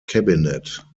cabinet